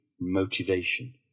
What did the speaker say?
motivation